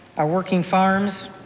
our working farms,